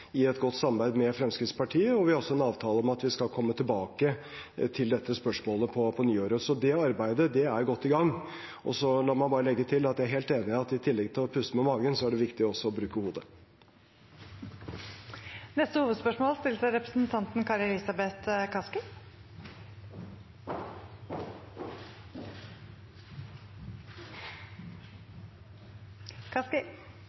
i et godt samarbeid med Fremskrittspartiet, og vi har også en avtale om at vi skal komme tilbake til dette spørsmålet på nyåret, så det arbeidet er godt i gang. La meg bare legge til at jeg er helt enig i at i tillegg til å puste med magen, er det viktig også å bruke hodet. Vi går videre til neste hovedspørsmål.